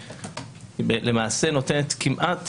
למעשה נותנת כמעט